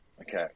Okay